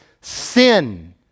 sin